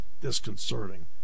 disconcerting